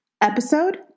episode